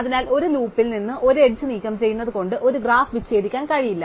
അതിനാൽ ഒരു ലൂപ്പിൽ നിന്ന് ഒരു എഡ്ജ് നീക്കംചെയ്യുന്നത് കൊണ്ട് ഒരു ഗ്രാഫ് വിച്ഛേദിക്കാൻ കഴിയില്ല